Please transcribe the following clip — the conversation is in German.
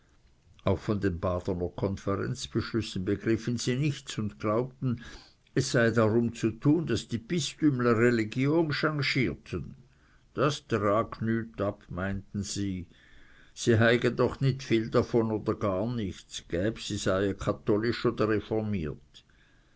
auch von den badener konferenzbeschlüssen begriffen sie nichts und glaubten es sei darum zu tun daß die bistümler religion changierten das trag nüt ab meinten sie si heige doch nicht viel davon oder gar nichts gäb die seie katholisch